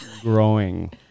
growing